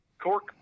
cork